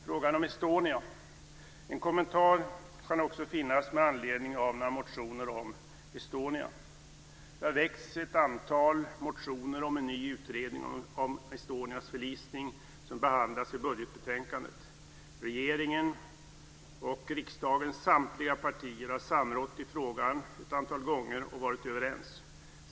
Jag kan också göra en kommentar med anledning av några motioner om Estonia. Det har väckts ett antal motioner om en ny utredning av Estonias förvisning som behandlas i budgetbetänkandet. Regeringen och riksdagens samtliga partier har samrått i frågan ett antal gånger och varit överens.